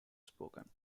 spoken